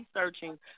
researching